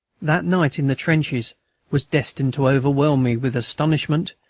that night in the trenches was destined to overwhelm me with astonishment,